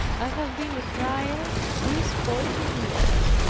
i have been a friar these forty years,